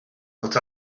but